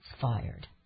Fired